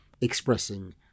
expressing